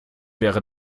wäre